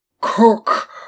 cook